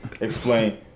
Explain